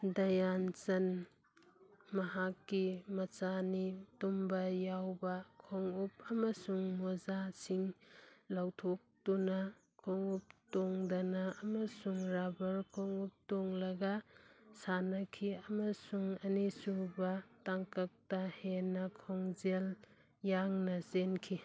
ꯗꯌꯥꯟꯆꯟ ꯃꯍꯥꯛꯀꯤ ꯃꯆꯥꯅꯤ ꯇꯨꯝꯕ ꯌꯥꯎꯕ ꯈꯣꯡꯎꯞ ꯑꯃꯁꯨꯡ ꯃꯣꯖꯥꯁꯤꯡ ꯂꯧꯊꯣꯛꯇꯨꯅ ꯈꯣꯡꯎꯞ ꯇꯣꯡꯗꯅ ꯑꯃꯁꯨꯡ ꯔꯥꯕꯔ ꯈꯣꯡꯎꯞ ꯇꯣꯡꯂꯒ ꯁꯥꯟꯅꯈꯤ ꯑꯃꯁꯨꯡ ꯑꯅꯤꯁꯨꯕ ꯇꯥꯡꯀꯛꯇ ꯍꯦꯟꯅ ꯈꯣꯡꯖꯦꯜ ꯌꯥꯡꯅ ꯆꯦꯟꯈꯤ